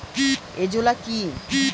Azolla কি?